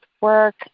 work